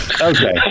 Okay